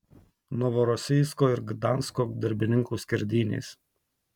novorosijsko ir gdansko darbininkų skerdynės